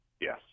Yes